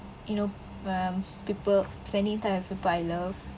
you know um people spending time with people I love